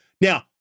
Now